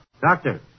Doctor